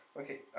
Okay